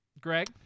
Greg